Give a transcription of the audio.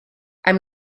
i’m